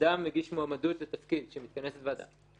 כשאדם מגיש מועמדות לתפקיד ומתכנסת ועדה,